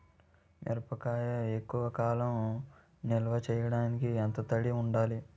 మిరపకాయ ఎక్కువ కాలం నిల్వ చేయటానికి ఎంత తడి ఉండాలి?